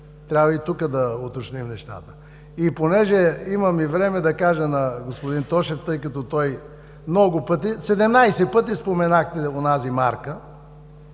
Трябва и тук да уточним нещата. Понеже имам време, ще кажа на господин Тошев, тъй като той много пъти – 17 пъти, спомена онази мярка.